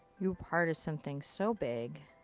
you're part of something so big.